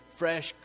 fresh